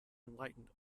enlightened